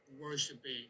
worshiping